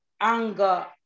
anger